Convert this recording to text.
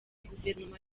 guverinoma